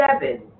seven